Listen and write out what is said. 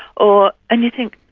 or, and you think,